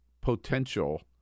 potential